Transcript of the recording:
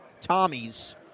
Tommy's